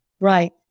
Right